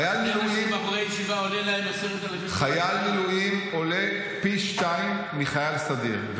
גולדקנופ, חייל מילואים עולה פי שניים מחייל סדיר.